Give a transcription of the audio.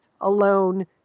Alone